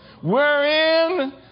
wherein